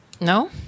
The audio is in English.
No